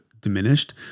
diminished